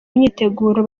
myiteguro